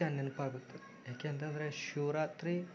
ನೃತ್ಯ ನೆನ್ಪಾಗುತ್ತೆ ಯಾಕೆಂತಂದರೆ ಶಿವರಾತ್ರಿ